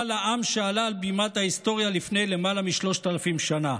לעם שעלה על בימת ההיסטוריה לפני יותר מ-3,000 שנה,